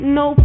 no